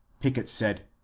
pickett said,